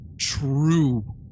true